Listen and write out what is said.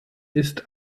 ist